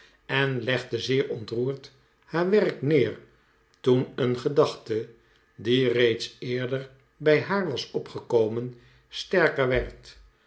en legde zeer ontroerd haar werk neer toen een gedachte die reeds ecrder bij haar was opgekomen sterker werd